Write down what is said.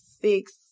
six